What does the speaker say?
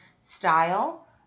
style